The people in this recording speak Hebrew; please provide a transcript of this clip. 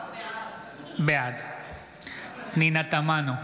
בעד פנינה תמנו,